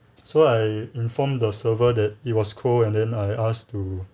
so I informed the server that it was cold and then I asked to